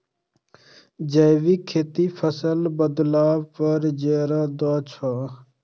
जैविक खेती फसल बदलाव पर जोर दै छै